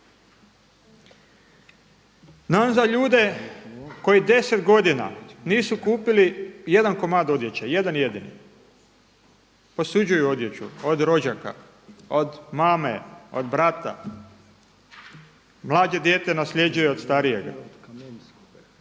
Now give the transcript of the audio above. Znam za ljude koji deset godina nisu kupili jedan komad odjeće, jedan jedini. Posuđuju odjeću od rođaka, od mame, od brata. Mlađe dijete nasljeđuje od starijega.